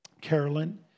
Carolyn